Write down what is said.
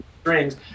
strings